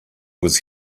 was